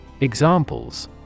Examples